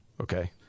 okay